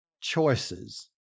choices